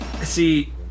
see